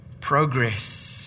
Progress